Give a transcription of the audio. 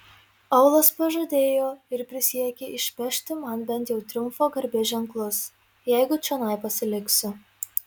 aulas pažadėjo ir prisiekė išpešti man bent jau triumfo garbės ženklus jeigu čionai pasiliksiu